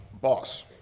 boss